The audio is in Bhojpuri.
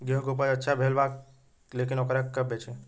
गेहूं के उपज अच्छा भेल बा लेकिन वोकरा के कब बेची?